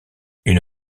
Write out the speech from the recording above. une